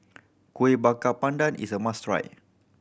Kueh Bakar Pandan is a must try